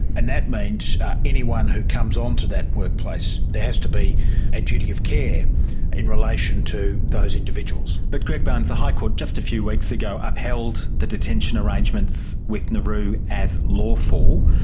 and that means anyone who comes onto that workplace, there has to be a duty of care in relation to those individuals. but greg barns, the high court just a few weeks ago upheld the detention arrangements with nauru as lawful.